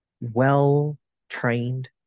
well-trained